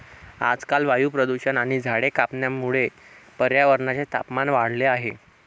आजकाल वायू प्रदूषण आणि झाडे कापण्यामुळे पर्यावरणाचे तापमान वाढले आहे